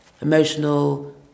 emotional